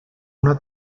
una